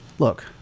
Look